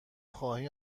خواهی